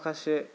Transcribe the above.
माखासे